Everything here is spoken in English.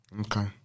Okay